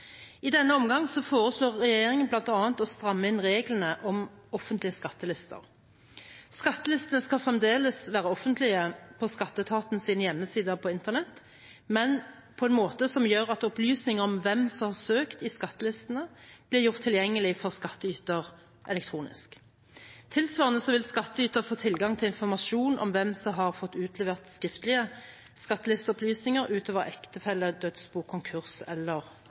I denne omgang foreslår regjeringen bl.a. å stramme inn reglene om offentlige skattelister. Skattelistene skal fremdeles være offentlige på skatteetatens hjemmesider på Internett, men på en måte som gjør at opplysninger om hvem som har søkt i skattelistene, blir gjort tilgjengelig for skattyter elektronisk. Tilsvarende vil skattyter få tilgang til informasjon om hvem som har fått utlevert skriftlige skattelisteopplysninger, utover ektefelle, dødsbo, konkurs eller